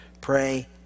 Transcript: Pray